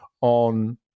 on